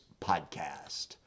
podcast